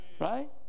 Right